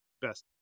best